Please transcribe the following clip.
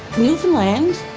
newfoundland,